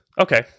Okay